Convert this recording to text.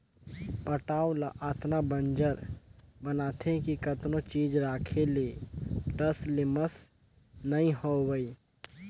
पटांव ल अतना बंजर बनाथे कि कतनो चीज राखे ले टस ले मस नइ होवय